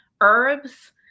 herbs